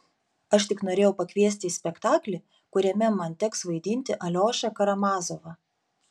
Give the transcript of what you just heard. aš tik norėjau pakviesti į spektaklį kuriame man teks vaidinti aliošą karamazovą